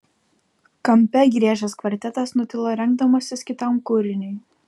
kampe griežęs kvartetas nutilo rengdamasis kitam kūriniui